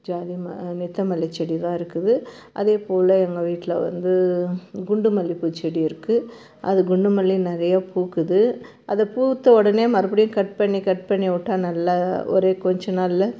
ஜாதி நித்தமல்லி செடி தான் இருக்குது அதே போல் எங்கள் வீட்டில் வந்து குண்டு மல்லிப்பூ செடி இருக்குது அது குண்டு மல்லி நிறைய பூக்குது அது பூத்த உடனே மறுபடியும் கட் பண்ணி கட் பண்ணி விட்டா நல்லா ஒரு கொஞ்சம் நாளில்